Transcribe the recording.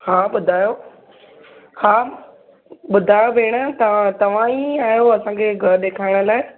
हा ॿुधायो हा ॿुधायो भेण तव्हां तव्हां ई आहियो असांखे घरि ॾेखारण लाइ